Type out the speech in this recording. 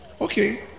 Okay